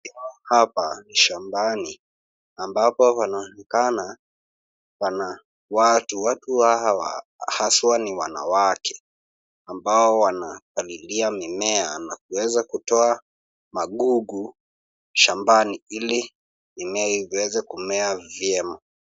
Hapa ni shambani ambapo panaonekana pana watu. Watu hawa hasa ni wanawake ambao wanapalilia mimea na kuweza kutoa magugu shambani ili mimea iweze kumea vyema.